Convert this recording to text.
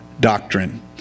Doctrine